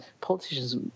politicians